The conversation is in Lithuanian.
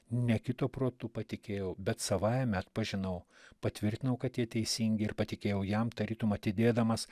ne kito protu patikėjau bet savaime atpažinau patvirtinau kad jie teisingi ir patikėjau jam tarytum atidėdamas